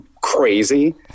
crazy